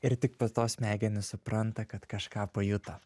ir tik po to smegenys supranta kad kažką pajuto